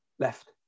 Left